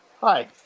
Hi